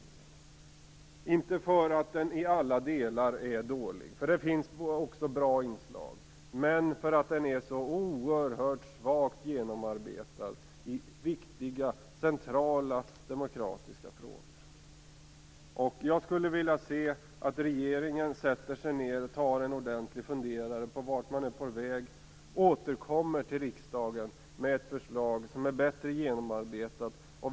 Det är inte för att den i alla delar är dålig - det finns också bra inslag - men för att den är så oerhört svagt genomarbetad i viktiga centrala demokratiska frågor. Jag skulle vilja se att regeringen sätter sig ned och tar sig en ordentlig funderare och återkommer till riksdagen med ett bättre genomarbetat förslag.